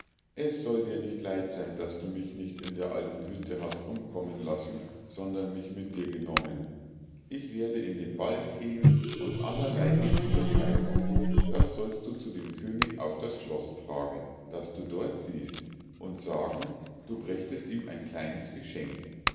es soll dir nicht leid sein daß du mich nicht in der alten hütte hast umkommen lassen sondern mich mit dir genommen ich werde in den wald gehen und allerlei gethier greifen das sollst du zu dem könig auf das schloß tragen das du dort siehst und sagen du brächtest ihm ein kleines geschenk